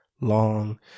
Long